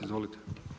Izvolite.